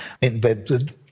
invented